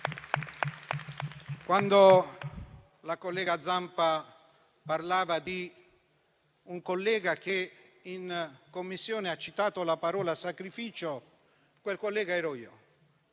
Quando la collega Zampa parlava di un collega che in Commissione ha citato la parola sacrificio, quel collega ero io.